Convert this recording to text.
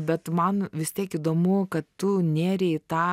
bet man vis tiek įdomu kad tu nėrei į tą